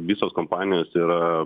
visos kompanijos yra